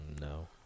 No